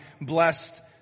blessed